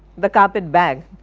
the carpet-bag,